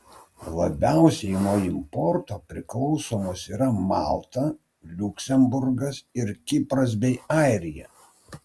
labiausiai nuo importo priklausomos yra malta liuksemburgas ir kipras bei airija